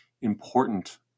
important